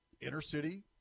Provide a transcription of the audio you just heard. inner-city